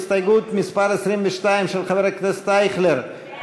הסתייגות מס' 22 של חבר הכנסת אייכלר,